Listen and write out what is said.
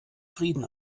frieden